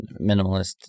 minimalist